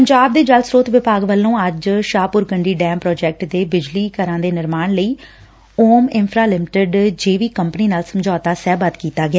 ਪੰਜਾਬ ਦੇ ਜਲ ਸਰੋਤ ਵਿਭਾਗ ਵੱਲੋਂ ਅੱਜ ਸ਼ਾਹਪੁਰ ਕੰਢੀ ਡੈਮ ਪ੍ਰਾਜੈਕਟ ਦੇ ਬਿਜਲੀ ਘਰਾਂ ਦੇ ਨਿਰਮਾਣ ਲਈ ਓਮ ਇੰਫਰਾ ਲਿਮਟੇਡ ਜੇਵੀਕੰਪਨੀ ਨਾਲ ਸਮਝੌਤਾ ਸਹੀਬੱਧ ਕੀਤਾ ਗਿਆ